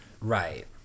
Right